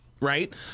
Right